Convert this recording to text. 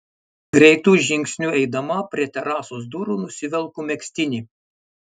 greitu žingsniu eidama prie terasos durų nusivelku megztinį